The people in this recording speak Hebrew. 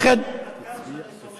עד כמה